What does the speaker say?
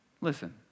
listen